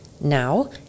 now